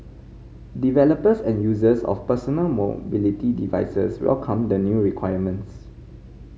developers and users of personal mobility devices welcomed the new requirements